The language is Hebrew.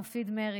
מופיד מרעי,